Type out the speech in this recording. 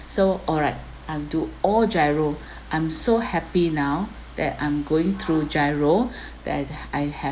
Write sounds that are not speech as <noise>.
so alright I'm do all GIRO <breath> I'm so happy now that I'm going through GIRO <breath> that I I have